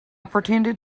pretended